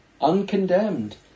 uncondemned